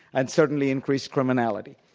and certainly increased criminality.